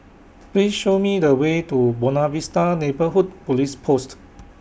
Please Show Me The Way to Buona Vista Neighbourhood Police Post